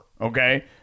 okay